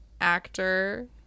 actor